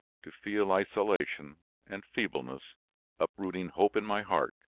to feel isolation and feebleness uprooting hope in my heart,